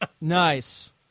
Nice